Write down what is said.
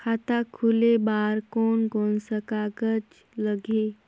खाता खुले बार कोन कोन सा कागज़ लगही?